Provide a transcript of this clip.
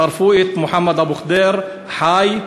שרפו את מוחמד אבו ח'דיר חי.